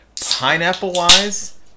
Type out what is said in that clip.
Pineapple-wise